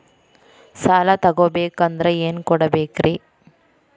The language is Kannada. ಸಾಲ ತೊಗೋಬೇಕಂದ್ರ ಏನೇನ್ ಕೊಡಬೇಕ್ರಿ?